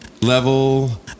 level